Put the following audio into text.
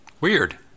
Weird